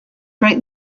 break